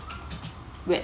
w~